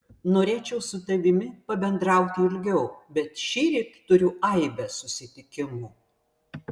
norėčiau su tavimi pabendrauti ilgiau bet šįryt turiu aibę susitikimų